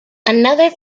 another